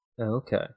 Okay